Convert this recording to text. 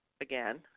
again